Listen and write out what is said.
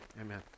Amen